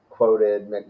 Quoted